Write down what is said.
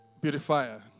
beautifier